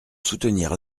soutenir